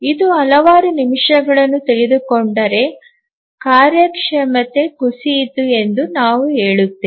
ಇದು ಹಲವಾರು ನಿಮಿಷಗಳನ್ನು ತೆಗೆದುಕೊಂಡರೆ ಕಾರ್ಯಕ್ಷಮತೆ ಕುಸಿಯಿತು ಎಂದು ನಾವು ಹೇಳುತ್ತೇವೆ